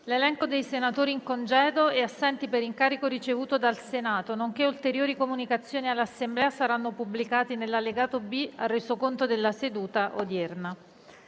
L'elenco dei senatori in congedo e assenti per incarico ricevuto dal Senato, nonché ulteriori comunicazioni all'Assemblea saranno pubblicati nell'allegato B al Resoconto della seduta odierna.